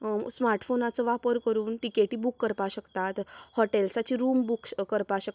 स्मार्टफोनाचो वापर करून टिकिटी बूक करपा शकतात हॉटेल्साचें रूम बूक करपाक शकतात